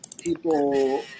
people